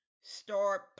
start